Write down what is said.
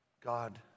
God